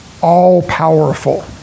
all-powerful